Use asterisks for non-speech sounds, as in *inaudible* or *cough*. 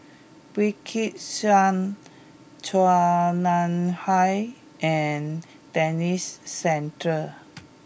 Wykidd Song Chua Nam Hai and Denis Santry *noise*